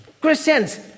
Christians